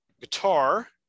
guitar